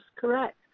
correct